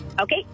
Okay